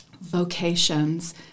vocations